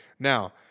Now